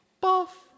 buff